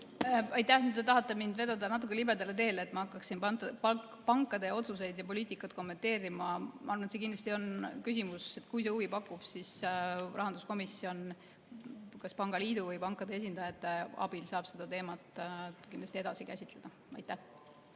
Aitäh! Te tahate mind vedada natuke libedale teele, et ma hakkaksin pankade otsuseid ja poliitikat kommenteerima. Ma arvan, et see kindlasti on küsimus ning kui see huvi pakub, siis rahanduskomisjon saab kas pangaliidu või pankade esindajate abil seda teemat kindlasti edasi käsitleda. Aitäh!